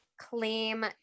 claim